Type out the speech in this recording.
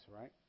right